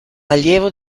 allievo